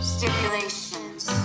Stipulations